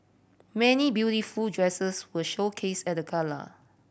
many beautiful dresses were showcase at the gala